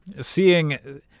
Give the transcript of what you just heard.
seeing